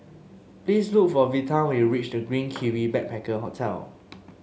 please look for Vita when you reach The Green Kiwi Backpacker Hotel